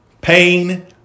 pain